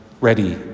ready